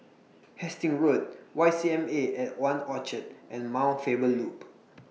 Hastings Road Y C M A At one Orchard and Mount Faber Loop